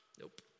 Nope